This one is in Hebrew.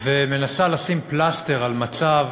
ומנסה לשים פלסטר על מצב